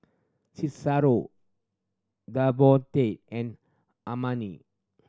Cicero Davonte and Amani